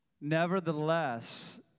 Nevertheless